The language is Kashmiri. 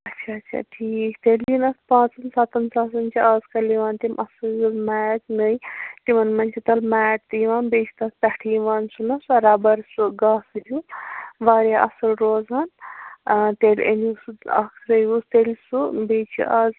اچھا اچھا ٹھیٖک تیٚلہِ یِن اَتھ پانژَن سَتن ساسَن چھِ آزکل یِوان تِم اَصۭل میٹ نٔے تِمن منٛز چھِ تَلہٕ میٹ تہِ یِوان بیٚیہِ چھِ تَتھ پٮ۪ٹھٕ یِوان سُہ نہ سۄ رَبَر سُہ گاسہٕ ہیوٗ واریاہ اَصٕل روزان آ تیٚلہِ أنِو سُہ اَکھ ترٛٲیوُس تیٚلہِ سُہ بیٚیہ چھِ آز